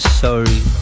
sorry